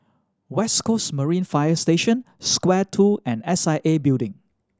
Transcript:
West Coast Marine Fire Station Square Two and S I A Building